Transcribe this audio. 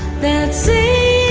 that